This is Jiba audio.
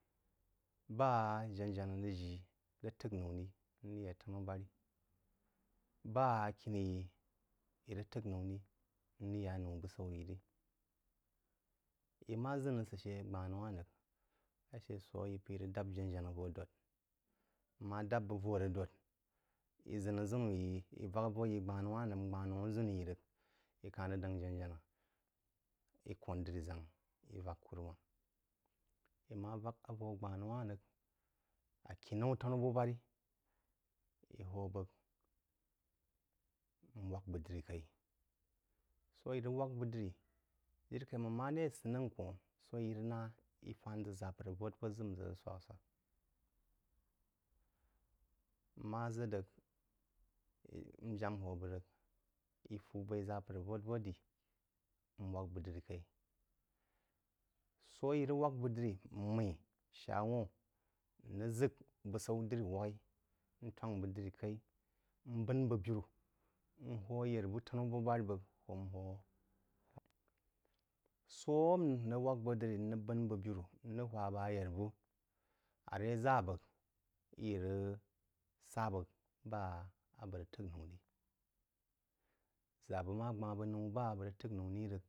Ba’ ā janá-jáná rəg jí rəg t’əgh noū rí n rəg yá tanu-bú-bárí, ba khini-yí í rəg t’əgh nōu rí n rəg ya noū busaū yi rí. Í ma ʒən asə shə gbanūwa rəgi, ashə sō ā í p’eí rəg dāp’a jana-jáná vō dōd, n ma dāp bəg vō rəg dōd, í ʒən aʒənuyí, í vak avau yi gbanuwa rəg, n gbanú aʒənu yi rəg, í ka-h rəg dáng jana-janá í kōn dirí-ʒang i vak kúrúmám, í má vak avoú g bànúwán rəg i á kinaú tanú-bu-batí, í hō bəg n wāk bəg diri-kaí, sō ī rəg wāk bəg wāk bəg dírí jírí kaí mang maré asən’əngh kōnh sō aí rəg naá í fān ʒək ʒapər a vūd-vū d ʒə rəg swak-a-swak, n ma ʒə rəg e. g. n j’am hō bəg rəg í fú b’aí ʒapər a vūd-vūd rí n wāk bəg diri kaí. Sō í rəg wāk bəg diri mmeí shawūn n rəg ʒək būsaú diri-wak-í, n təwangk bəg diri-kaí, n bən bəg biní, n hō ayarbú tanu-bu-barí bəg hō n hō sō n rəg wāk bəg diri n rəg bən bəg birú, n rəg sa bəg bá a bəg rəg t’əgh noū tí. Ʒa bəg ma gbān bəg noū bə bəg rəg t’əgh noū rí rəg